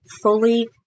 fully